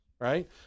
Right